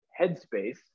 headspace